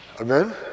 Amen